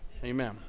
Amen